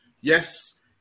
yes